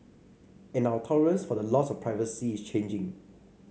and our tolerance for the loss of privacy is changing